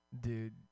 Dude